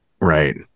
Right